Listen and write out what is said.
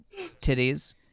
titties